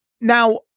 Now